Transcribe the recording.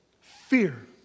Fear